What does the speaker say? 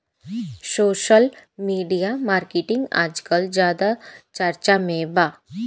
social media marketing आजकल ज्यादा चर्चा में बा